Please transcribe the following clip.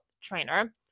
trainer